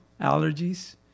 allergies